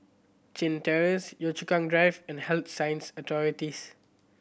Chin Terrace Yio Chu Kang Drive and Health Sciences Authorities